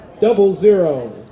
double-zero